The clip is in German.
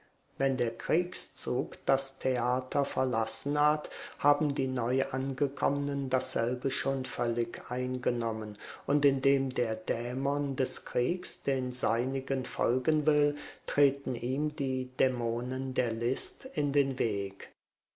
wenn der kriegszug das theater verlassen hat haben die neuangekommenen dasselbe schon völlig eingenommen und indem der dämon des kriegs den seinigen folgen will treten ihm die dämonen der list in den weg